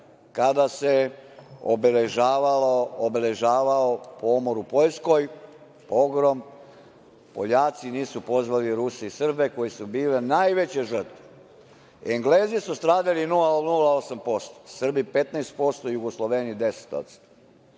kada se obeležavao „Pomor“ u Poljskoj, „Pogrom“, Poljaci nisu pozvali Ruse i Srbe koji su bili najveće žrtve. Englezi su stradali 0,08%, Srbi 15%, Jugosloveni 10%.